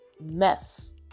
mess